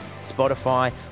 Spotify